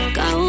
go